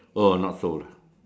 so or not so